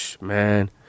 man